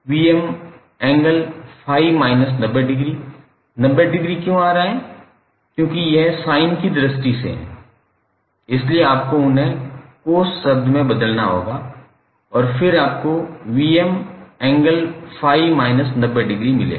𝑉𝑚sin𝜔𝑡∅ 𝑉𝑚∠∅−90° 90 degree क्यों आ रहा है क्योंकि यह sin की दृष्टि से है इसलिए आपको उन्हें cos शब्द में बदलना होगा और फिर आपको 𝑉𝑚∠∅−90° मिलेगा